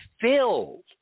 filled